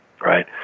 right